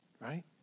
right